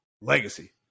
legacy